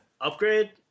upgrade